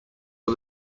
for